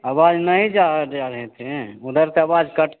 आवाज़ नहीं जा जा रही थी उधर से आवाज़ कट